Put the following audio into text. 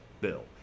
bill